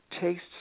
tastes